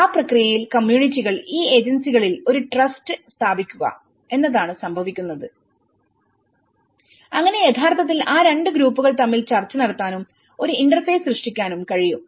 ആ പ്രക്രിയയിൽ കമ്മ്യൂണിറ്റികൾ ഈ ഏജൻസികളിൽ ഒരു ട്രസ്റ്റ് സ്ഥാപിക്കുക എന്നതാണ് സംഭവിക്കുന്നത് അങ്ങനെ യഥാർത്ഥത്തിൽ ആ രണ്ട് ഗ്രൂപ്പുകൾ തമ്മിൽ ചർച്ച നടത്താനും ഒരു ഇന്റർഫേസ് സൃഷ്ടിക്കാനും കഴിയും